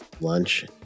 lunch